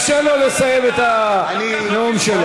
אז תאפשר לו לסיים את הנאום שלו.